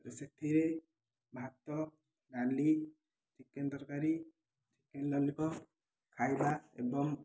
ସେଥିରେ ଭାତ ଡାଲି ଚିକେନ ତରକାରୀ ଚିକେନ ଲଲିପପ୍ ଖାଇବା ଏବଂ